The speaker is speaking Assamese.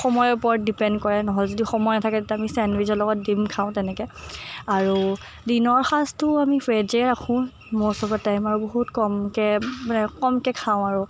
সময়ৰ ওপৰত ডিপেণ্ড কৰে নহ'লে যদি সময় নাথাকে তেতিয়া আমি ছেণ্ডউইজৰ লগত ডিম খাওঁ তেনেকে আৰু দিনৰ সাজটো আমি ভেজে ৰাখোঁ ম'ষ্ট অফ ডা টাইম আৰু বহুত কমকৈ মানে কমকৈ খাওঁ আৰু